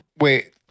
wait